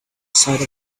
side